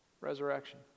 Resurrection